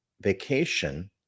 vacation